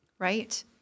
Right